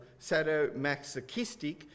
sadomasochistic